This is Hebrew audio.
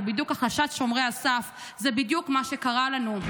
זה בדיוק החרשת שומרי הסף, זה בדיוק מה שקרה לנו.